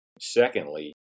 Secondly